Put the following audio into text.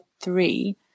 three